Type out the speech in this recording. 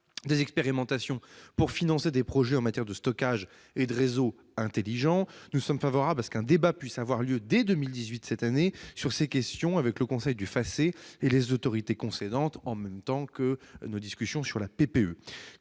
des expérimentations pour financer des projets en matière de stockage et de réseaux intelligents. Nous sommes favorables à ce qu'un débat puisse avoir lieu, dès cette année, sur ces questions avec le conseil du FACÉ et les autorités concédantes, en même temps que nous discutons sur la PPE.